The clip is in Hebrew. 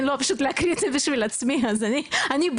לא פשוט, להקריא את זה בשביל עצמי, אז אני בעד.